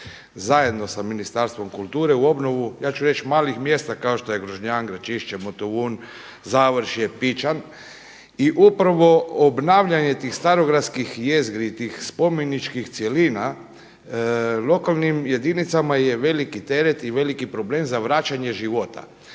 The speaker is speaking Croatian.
zajedno sa Ministarstvom kulture u obnovu, ja ću reći malih mjesta kao što je Grožnjan, Gračišće, Motovun, Završje, Pićan. I upravo obnavljanje tih starogradskih jezgri tih spomeničkih cjelina lokalnim jedinicama je veliki teret i veliki problem za vraćanje života.